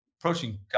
approaching